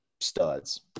studs